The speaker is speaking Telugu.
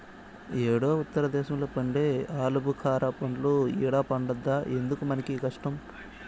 యేడో ఉత్తర దేశంలో పండే ఆలుబుకారా పండ్లు ఈడ పండద్దా ఎందుకు మనకీ కష్టం